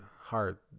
Heart